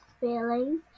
feeling